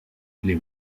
les